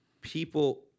people